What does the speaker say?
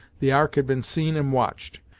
the ark had been seen and watched,